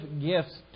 gifts